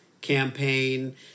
campaign